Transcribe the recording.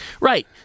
Right